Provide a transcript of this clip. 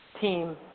team